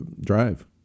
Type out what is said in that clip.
drive